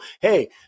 hey